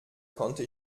konnte